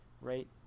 right